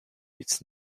each